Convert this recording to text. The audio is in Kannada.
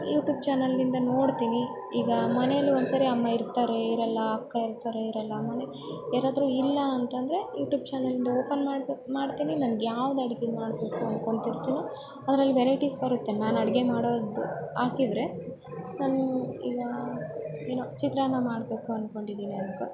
ಯೂಟ್ಯೂಬ್ ಚಾನೆಲಿಂದ ನೋಡ್ತೀನಿ ಈಗ ಮನೇಲಿ ಒಂದ್ಸರಿ ಅಮ್ಮ ಇರ್ತಾರೇ ಇರೋಲ್ಲ ಅಕ್ಕ ಇರ್ತಾರೆ ಇರೋಲ್ಲ ಮನೆ ಯಾರಾದರೂ ಇಲ್ಲ ಅಂತಂದರೆ ಯೂಟ್ಯೂಬ್ ಚಾನೆಲಿಂದ ಓಪನ್ ಮಾಡ್ಬೇಕು ಮಾಡ್ತೀನಿ ನನ್ಗೆ ಯಾವ್ದು ಅಡಿಗೆ ಮಾಡಬೇಕು ಅನ್ಕೋತಿರ್ತಿನೊ ಅದ್ರಲ್ಲಿ ವೆರೈಟಿಸ್ ಬರುತ್ತೆ ನಾನು ಅಡಿಗೆ ಮಾಡೋದು ಹಾಕಿದ್ರೆ ನನ್ನ ಈಗ ಏನೊ ಚಿತ್ರಾನ್ನ ಮಾಡಬೇಕು ಅನ್ಕೊಂಡಿದಿನಿ ಅನ್ಕೊ